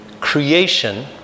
creation